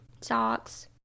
socks